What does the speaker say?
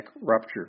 rupture